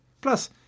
Plus